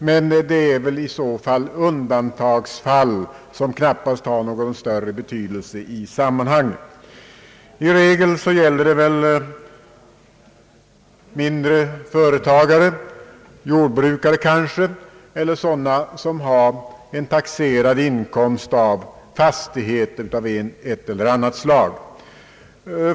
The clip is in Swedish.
Men det är väl i så fall undantag som knappast har någon större betydelse i sammanhanget. I regel gäller det väl mindre företagare — jordbrukare kanske — eller sådana som har en taxerad inkomst av fastighet av ett eller annat slag.